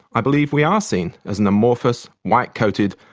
i believe we are seen as an amorphous, white-coated,